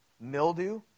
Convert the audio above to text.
mildew